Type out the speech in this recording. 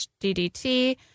DDT